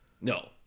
No